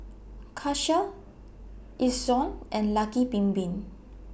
Karcher Ezion and Lucky Bin Bin